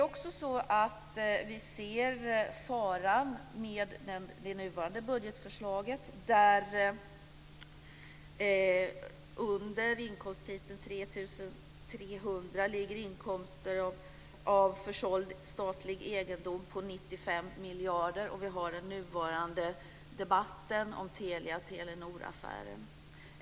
Vi ser också faran med det nuvarande budgetförslaget där det under inkomsttiteln 3 300 ligger inkomst av försåld statlig egendom på 95 miljarder samtidigt som vi har den nuvarande debatten om Telia-Telenor-affären.